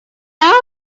else